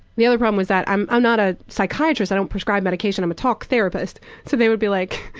the other problem is that i'm i'm not a psychiatrist, i don't prescribe medication, i'm a talk therapist. so they would be like,